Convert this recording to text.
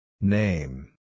Name